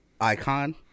icon